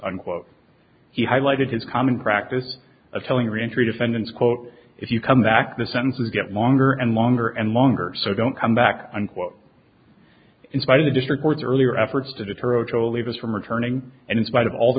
unquote he highlighted his common practice of telling reentry defendants quote if you come back the sentences get longer and longer and longer so don't come back unquote in spite of the district court's earlier efforts to deter ochoa leave us from returning and in spite of all the